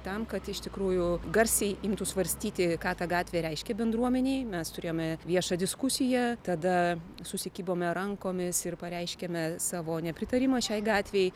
tam kad iš tikrųjų garsiai imtų svarstyti ką ta gatvė reiškia bendruomenei mes turėjome viešą diskusiją tada susikibome rankomis ir pareiškėme savo nepritarimą šiai gatvei